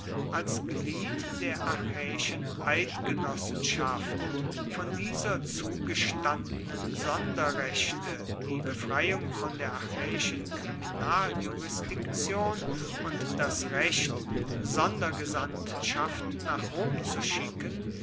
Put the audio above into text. als glied der achäischen eidgenossenschaft von dieser zugestandenen sonderrechte die befreiung von der achäischen kriminaljurisdiktion und das recht sondergesandtschaften nach rom zu schicken